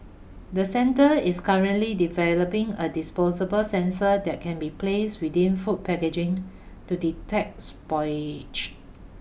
the centre is currently developing a disposable sensor that can be placed within food packaging to detect